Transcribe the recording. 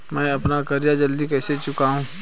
मैं अपना कर्ज जल्दी कैसे चुकाऊं?